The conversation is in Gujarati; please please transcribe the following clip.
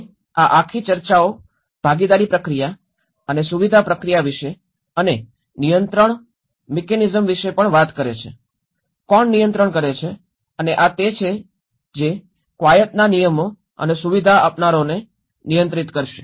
અને આ આખી ચર્ચાઓ ભાગીદારી પ્રક્રિયા અને સુવિધા પ્રક્રિયા વિશે અને નિયંત્રણ મિકેનિઝમ્સ વિશે પણ વાત કરે છે કોણ નિયંત્રણ કરે છે અને આ તે છે જે કવાયતનાં નિયમો અને સુવિધા આપનારાઓને નિયંત્રિત કરશે